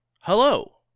hello